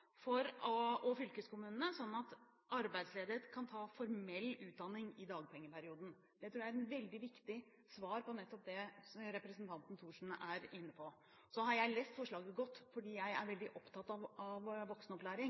og fylkeskommunene – med at arbeidsledige kan ta formell utdanning i dagpengeperioden. Det tror jeg er et veldig viktig svar på nettopp det som representanten Thorsen er inne på. Jeg har lest forslaget godt, fordi jeg er veldig opptatt av voksenopplæring,